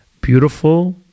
beautiful